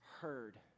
heard